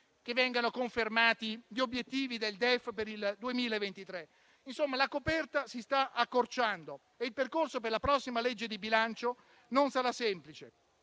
che vengano confermati gli obiettivi del DEF per il 2023. Insomma, la coperta si sta accorciando e il percorso per la prossima legge di bilancio non sarà semplice.